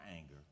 anger